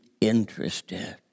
interested